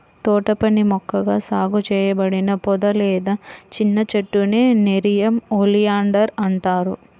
తోటపని మొక్కగా సాగు చేయబడిన పొద లేదా చిన్న చెట్టునే నెరియం ఒలియాండర్ అంటారు